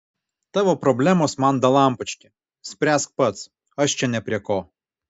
tavo problemos man dalampački spręsk pats aš čia ne prie ko